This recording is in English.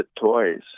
Toys